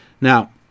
Now